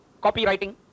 copywriting